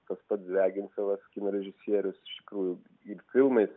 tas pats degincevas kino režisierius iš tikrųjų ir filmais